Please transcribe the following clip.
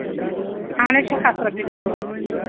پانَس چھُ ہَتھ رۄپیہِ کِلوٗ